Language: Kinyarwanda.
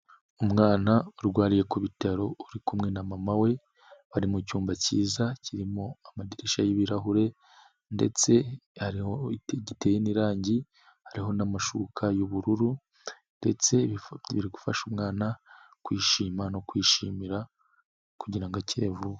Umwana urwariye ku bitaro uri kumwe na mama we, bari mu cyumba kiza kirimo amadirishya y'ibirahure, ndetse ari giteye n'irangi hariho n'amashuka y'ubururu, ndetse biri gufasha umwana kwishima no kwishimira kugira ngo akire vuba.